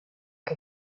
che